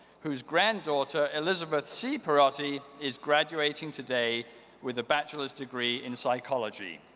whose granddaughter, elizabeth c. pierotti, is graduating today with a bachelor's degree in psychology.